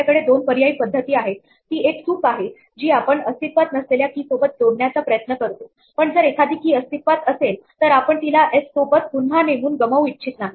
आपल्याकडे दोन पर्याय पद्धती आहेत ती एक चूकआहे जी आपण अस्तित्वात नसलेल्या की सोबत जोडण्याचा प्रयत्न करतो पण जर एखादी की अस्तित्वात असेल तर आपण तिला एस सोबत पुन्हा नेमून गमावू इच्छित नाही